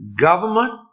Government